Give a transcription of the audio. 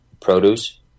produce